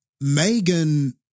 Megan